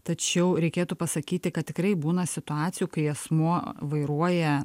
tačiau reikėtų pasakyti kad tikrai būna situacijų kai asmuo vairuoja